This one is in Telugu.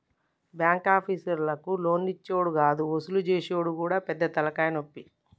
బాంకాపీసర్లకు లోన్లిచ్చుడే గాదు వసూలు జేసుడు గూడా పెద్ద తల్కాయనొప్పి